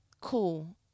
cool